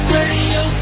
Radio